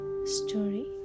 Story